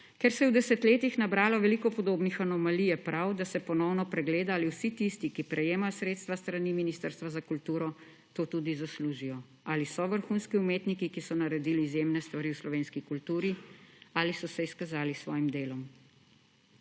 Ker se je v desetletjih nabralo veliko podobnih anomalij, je prav, da se ponovno pregleda, ali vsi tisti, ki prejemajo sredstva s strani Ministrstva za kulturo, to tudi zaslužijo; ali so vrhunski umetniki, ki so naredili izjemne stvari v slovenski kulturi, ali so se izkazali s svojim delom.